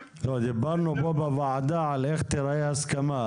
דיברנו כאן בוועדה על איך תיראה הסכמה.